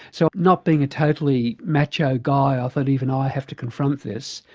so not being a totally macho guy i thought even i have to confront this.